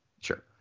sure